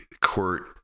court